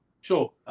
Sure